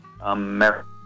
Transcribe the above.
America